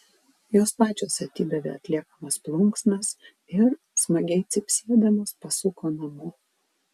jos pačios atidavė atliekamas plunksnas ir smagiai cypsėdamos pasuko namo